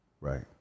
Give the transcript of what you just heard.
Right